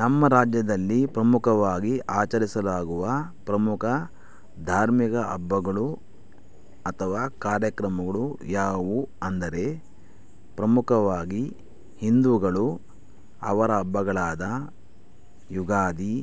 ನಮ್ಮ ರಾಜ್ಯದಲ್ಲಿ ಪ್ರಮುಖವಾಗಿ ಆಚರಿಸಲಾಗುವ ಪ್ರಮುಖ ಧಾರ್ಮಿಕ ಹಬ್ಬಗಳು ಅಥವಾ ಕಾರ್ಯಕ್ರಮಗಳು ಯಾವುವು ಎಂದರೆ ಪ್ರಮುಖವಾಗಿ ಹಿಂದೂಗಳು ಅವರ ಹಬ್ಬಗಳಾದ ಯುಗಾದಿ